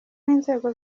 n’inzego